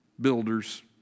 builders